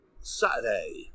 Saturday